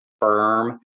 firm